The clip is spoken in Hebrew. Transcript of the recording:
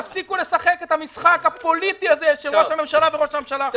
תפסיקו לשחק את המשחק הפוליטי הזה של ראש הממשלה וראש הממשלה החלופי.